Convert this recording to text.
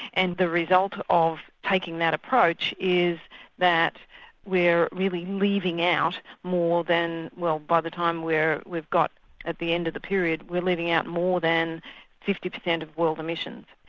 and the result of taking that approach is that we're really leaving out more than, well by the time we've got at the end of the period, we're leaving out more than fifty percent of world emissions.